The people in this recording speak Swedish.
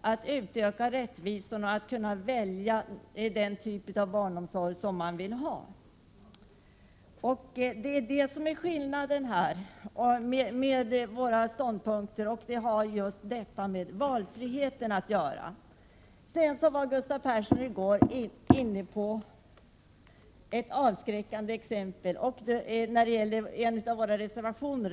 att utöka rättvisan och gör att familjerna kan välja den typ av barnomsorg som de vill ha. Skillnaden mellan våra ståndpunkter har just med valfriheten att göra. Gustav Persson vari går inne på ett avskräckande exempel när det gäller en av våra reservationer.